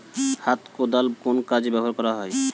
হাত কোদাল কোন কাজে ব্যবহার করা হয়?